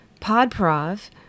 Podprov